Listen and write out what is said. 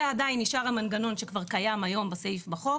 ועדיין נשאר המנגנון שכבר קיים היום בסעיף בחוק,